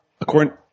According